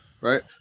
right